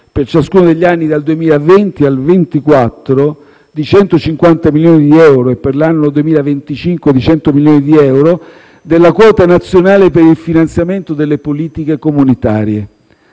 per ciascuno degli anni dal 2020 al 2024 di 150 milioni di euro e per l'anno 2025 di 100 milioni di euro della quota nazionale per il finanziamento delle politiche comunitarie.